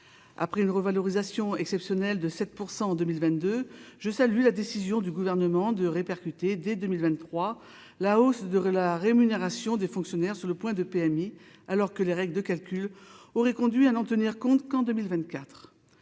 après une revalorisation exceptionnelle de 7 % en 2022, je salue la décision du gouvernement de répercuter dès 2023 la hausse de la rémunération des fonctionnaires sur le point de PMI, alors que les règles de calcul aurait conduit un en tenir compte, qu'en 2024